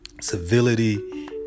civility